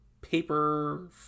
paper